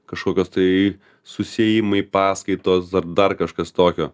kažkokios tai susiėjimai paskaitos ar dar kažkas tokio